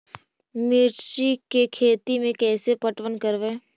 मिर्ची के खेति में कैसे पटवन करवय?